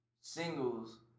singles